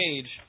page